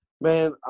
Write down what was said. man